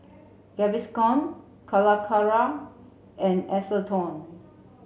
Gaviscon Calacara and Atherton